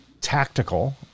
tactical